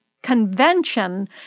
convention